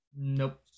nope